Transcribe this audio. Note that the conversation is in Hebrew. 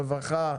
רווחה,